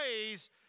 ways